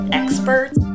experts